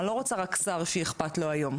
אני לא רוצה רק שר שאיכפת לו היום.